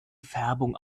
färbung